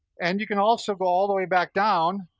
and you can also go all the way back down,